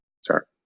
start